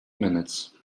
minutes